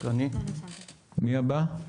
מי הבא?